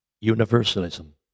universalism